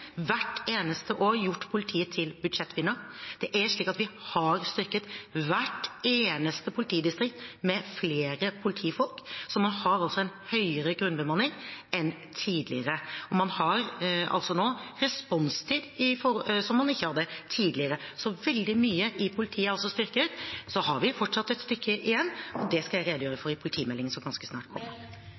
hvert eneste år gjort politiet til budsjettvinner. Vi har styrket hvert eneste politidistrikt med flere politifolk, så man har altså en høyere grunnbemanning enn tidligere. Man har nå også responstid, som man ikke hadde tidligere, så veldig mye i politiet er styrket. Så har vi fortsatt et stykke igjen. Det skal jeg redegjøre for i politimeldingen, som ganske snart kommer.